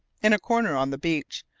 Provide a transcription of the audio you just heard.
in a corner on the beach,